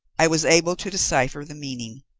i was able to decipher the meaning.